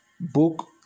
book